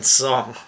song